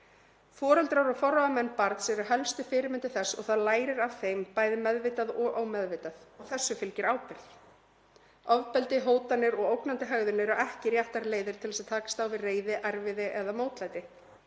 Foreldrar og forráðamenn barns eru helstu fyrirmynd þess og það lærir af þeim, bæði meðvitað og ómeðvitað, og því fylgir ábyrgð. Ofbeldi, hótanir og ógnandi hegðun eru ekki réttar leiðir til að takast á við reiði, erfiði eða mótlæti.